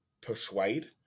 persuade